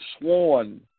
sworn